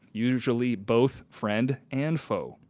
usually both friend and fellow.